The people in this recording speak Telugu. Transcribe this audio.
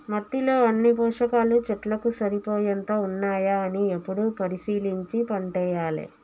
మట్టిలో అన్ని పోషకాలు చెట్లకు సరిపోయేంత ఉన్నాయా అని ఎప్పుడు పరిశీలించి పంటేయాలే